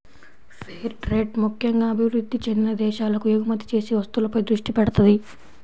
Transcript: fair trade ముక్కెంగా అభివృద్ధి చెందిన దేశాలకు ఎగుమతి చేసే వస్తువులపై దృష్టి పెడతది